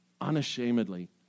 unashamedly